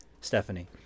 Stephanie